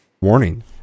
Warning